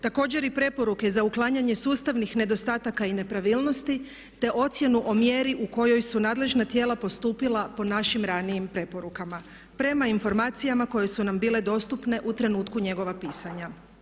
Također i preporuke za uklanjanje sustavnih nedostataka i nepravilnosti te ocjenu o mjeri u kojoj su nadležna tijela postupila po našim ranijim preporukama prema informacijama koje su nam bile dostupne u trenutku njegova pisanja.